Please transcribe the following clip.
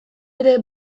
ere